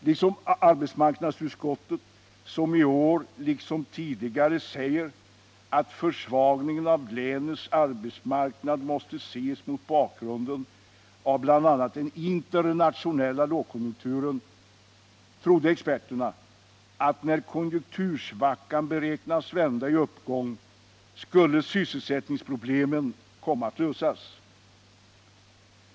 Liksom arbetsmarknadsutskottet — som i år liksom tidigare säger att försvagningen av länets arbetsmarknad måste ses mot bakgrunden av bl.a. den internationella lågkonjunkturen — trodde experterna att när konjunktursvackan vändes i uppgång skulle sysselsättningsproblemen komma att lösas.